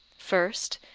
first,